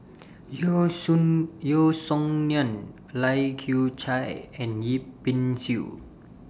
Yeo Song Yeo Song Nian Lai Kew Chai and Yip Pin Xiu